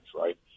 right